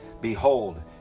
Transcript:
Behold